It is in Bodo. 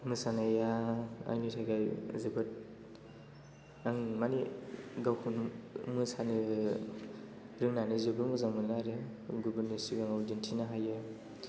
मोसानाया आंनि थाखाय जोबोद आं माने गावखौनो मोसानो रोंनानै जोबोद मोजां मोनो आरो गुबुननि सिगाङाव दिन्थिनो हायो